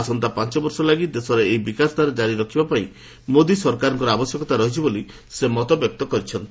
ଆସନ୍ତା ପାଞ୍ଚ ବର୍ଷ ଲାଗି ଦେଶରେ ଏହି ବିକାଶଧାରା କାରି ରଖିବା ପାଇଁ ମୋଦି ସରକାରଙ୍କ ଆବଶ୍ୟକତା ରହିଛି ବୋଲି ସେ ମତବ୍ୟକ୍ତ କରିଛନ୍ତି